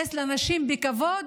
שמתייחס לנשים בכבוד